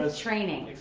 ah training.